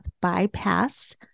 bypass